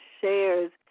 shares